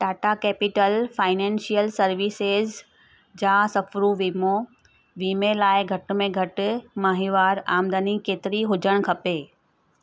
Tata Capital Financial Services जा सफ़रूं वीमो वीमे लाइ घटि में घटि माहिवार आमदनी केतिरी हुजणु खपे